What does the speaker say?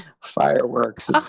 fireworks